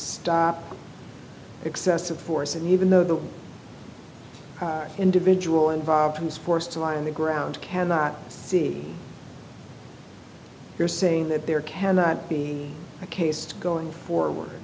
s excessive force and even though the individual involved was forced to lie on the ground cannot see you're saying that there cannot be a case going forward